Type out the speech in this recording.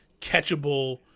catchable